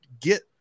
get